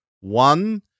One